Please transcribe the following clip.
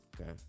okay